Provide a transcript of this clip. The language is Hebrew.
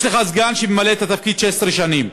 יש לך סגן שממלא את התפקיד 16 שנים,